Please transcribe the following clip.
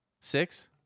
six